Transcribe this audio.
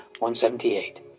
178